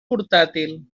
portàtil